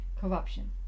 corruption